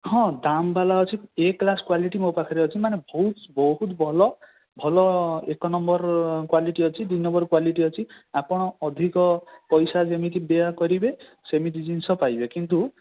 ହଁ ଦାମ୍ ବାଲା ଅଛି ଏ କ୍ଲାସ୍ କ୍ୱାଲିଟୀ ମୋ ପାଖରେ ଅଛି ମାନେ ବହୁତ ବହୁତ ଭଲ ଭଲ ଏକ ନମ୍ବର କ୍ୱାଲିଟୀ ଅଛି ଦୁଇ ନମ୍ବର କ୍ୱାଲିଟୀ ଅଛି ଆପଣ ଅଧିକ ପଇସା ଯେମିତି ବ୍ୟୟ କରିବେ ସେମିତି ଜିନିଷ ପାଇବେ କିନ୍ତୁ